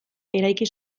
eraiki